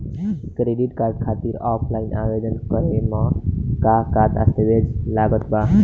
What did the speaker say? Credit card खातिर ऑफलाइन आवेदन करे म का का दस्तवेज लागत बा?